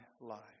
life